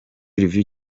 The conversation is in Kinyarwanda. review